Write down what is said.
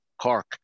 Cork